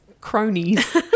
cronies